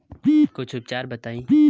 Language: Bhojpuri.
कुछ उपचार बताई?